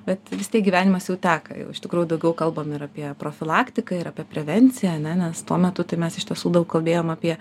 bet vis tiek gyvenimas jau teka jau iš tikrųjų daugiau kalbam ir apie profilaktiką ir apie prevenciją ne nes tuo metu tai mes iš tiesų daug kalbėjom apie